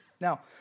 Now